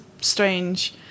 strange